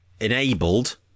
enabled